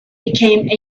became